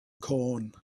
corn